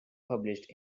published